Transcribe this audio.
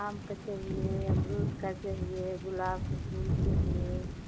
आम का चाहिए अमरूद का चाहिए गुलाब का फूल चाहिए